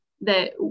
that-